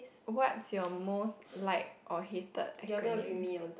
what's your most like or hated acronym